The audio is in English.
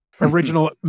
original